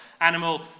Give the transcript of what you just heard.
animal